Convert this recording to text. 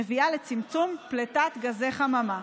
מביאה לצמצום פליטת גזי חממה.